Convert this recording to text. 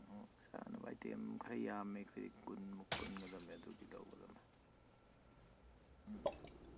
ꯆꯥꯅꯕ ꯑꯥꯏꯇꯦꯝ ꯈꯔ ꯌꯥꯝꯃꯦ ꯑꯩꯈꯣꯏ ꯀꯨꯟꯃꯨꯛ ꯄꯨꯟꯒꯗꯕꯅꯦ ꯑꯗꯨꯒꯤ ꯂꯧꯒꯗꯕꯅꯦ ꯎꯝ